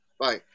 Bye